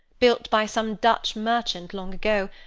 built by some dutch merchant long ago,